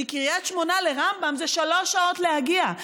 מקריית שמונה לרמב"ם זה שלוש שעות להגיע.